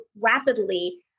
rapidly